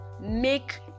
make